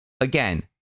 Again